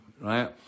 right